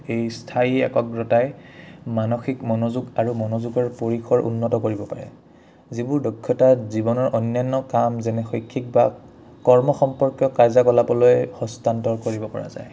এই স্থায়ী একগ্ৰতাই মানসিক মনোযোগ আৰু মনোযোগৰ পৰিসৰ উন্নত কৰিব পাৰে যিবোৰ দক্ষতা জীৱনৰ অন্যান্য কাম যেনে শৈক্ষিক বা কৰ্ম সম্পৰ্কীয় কাৰ্যকলাপলৈ হস্তান্তৰ কৰিব পৰা যায়